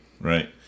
right